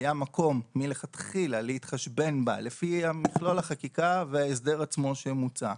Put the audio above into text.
היה מקום מלכתחילה להתחשבן בה לפי מכלול החקיקה וההסדר עצמו שמוצע,